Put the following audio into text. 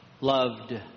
loved